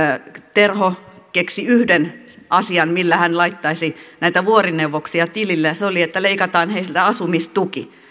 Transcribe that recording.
terho keksi yhden asian millä hän laittaisi näitä vuorineuvoksia tilille ja se oli että leikataan heiltä asumistuki